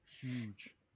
Huge